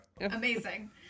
Amazing